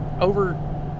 over